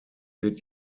wird